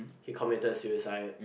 he committed suicide